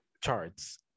charts